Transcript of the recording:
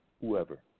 whoever